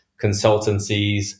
consultancies